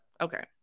okay